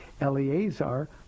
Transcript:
Eleazar